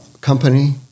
company